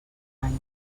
any